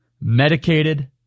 medicated